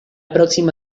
próxima